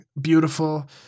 beautiful